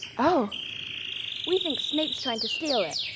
ah we think snape's trying to steal it.